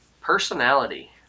personality